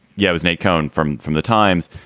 yeah i was nate cohn from from the times.